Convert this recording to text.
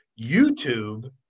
YouTube